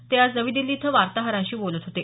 ते आज नवी दिल्ली इथं वार्ताहरांशी बोलत होते